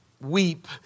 weep